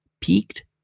peaked